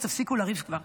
ותפסיקו לריב כבר.